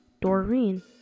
Doreen